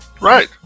right